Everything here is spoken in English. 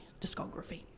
discography